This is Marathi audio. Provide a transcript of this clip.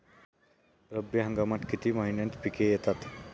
रब्बी हंगामात किती महिन्यांत पिके येतात?